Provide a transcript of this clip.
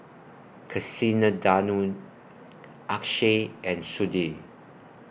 Kasinadhuni Akshay and Sudhir